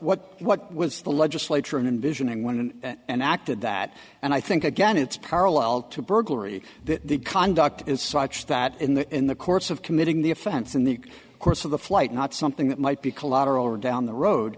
what what was the legislature in envisioning when and acted that and i think again it's parallel to burglary that the conduct is such that in the in the course of committing the offense in the course of the flight not something that might be collateral or down the road